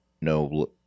no